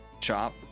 chop